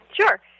Sure